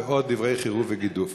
ועוד דברי חירוף וגידוף.